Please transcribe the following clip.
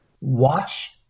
Watch